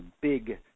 big